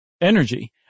energy